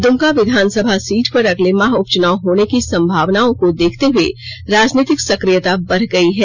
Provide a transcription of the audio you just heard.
दमका विधानसभा सीट पर अगले माह उपचनाव होने की संभावनाओं को देखते हए राजनीतिक सक्रियता बढ़ गयी है